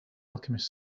alchemist